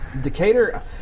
decatur